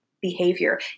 behavior